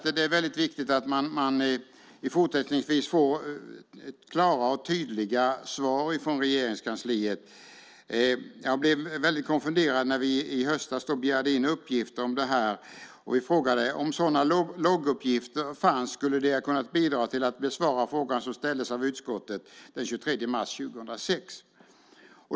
Det är viktigt att vi i fortsättningen får klara och tydliga svar från Regeringskansliet. Jag blev väldigt konfunderad när vi i höstas begärde in uppgifter om det här och då frågade: Om sådana logguppgifter fanns, skulle det ha kunnat bidra till att besvara frågan som ställdes av utskottet den 23 mars 2006?